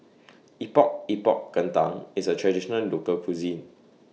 Epok Epok Kentang IS A Traditional Local Cuisine